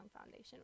foundation